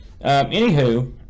Anywho